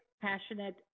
passionate